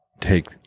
take